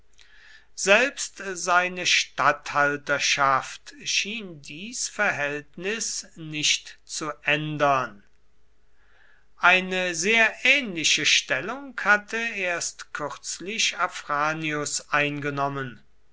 selbst seine statthalterschaft schien dies verhältnis nicht zu ändern eine sehr ähnliche stellung hatte erst kürzlich afranius eingenommen